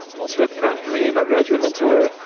also with kron gream, our graduate mentor,